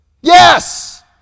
Yes